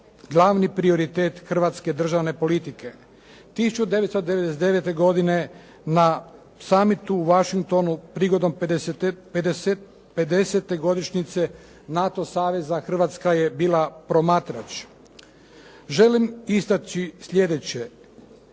glavni prioritet hrvatske državne politike. 1999. godine na samitu u Washingtonu prigodom 50-te godišnjice NATO saveza Hrvatska je bila promatrač. Želim istaći sljedeće,